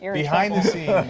and behind-the-scenes